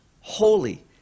holy